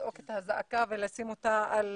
אני נמצא בשני